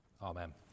Amen